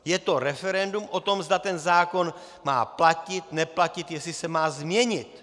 Je to referendum o tom, zda ten zákon má platit, neplatit, jestli se má změnit.